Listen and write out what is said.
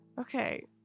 Okay